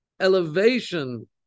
elevation